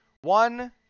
One